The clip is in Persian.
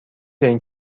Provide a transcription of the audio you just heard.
دانی